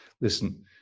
listen